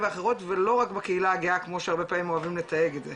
ואחרות ולא רק בקהילה הגאה כמו שהרבה פעמים אוהבים לתייג את זה,